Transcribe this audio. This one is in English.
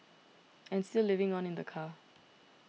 and still living on in the car